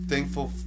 Thankful